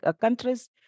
countries